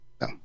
No